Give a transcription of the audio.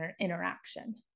interaction